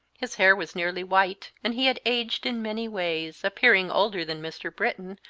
his hair was nearly white and he had aged in many ways, appearing older than mr. britton,